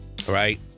Right